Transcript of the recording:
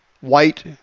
White